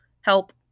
Help